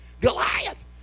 Goliath